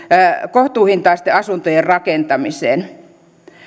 kohtuuhintaisten asuntojen rakentamiseen